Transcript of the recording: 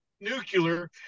nuclear